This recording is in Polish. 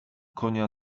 konia